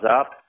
up